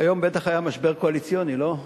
היום בטח היה משבר קואליציוני, לא?